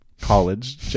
college